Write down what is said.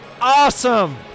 awesome